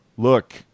Look